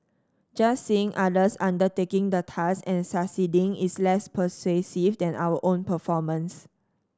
just seeing others undertaking the task and succeeding is less persuasive than our own performance